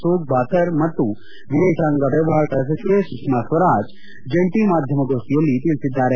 ಸೋಗ್ಬಾತರ್ ಮತ್ತು ವಿದೇಶಾಂಗ ವ್ಚವಹಾರಗಳ ಸಚಿವೆ ಸುಷ್ನಾ ಸ್ವರಾಜ್ ಜಂಟಿ ಮಾಧ್ಯಮ ಗೋಷ್ಠಿಯಲ್ಲಿ ತಿಳಿಸಿದ್ದಾರೆ